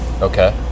Okay